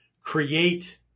create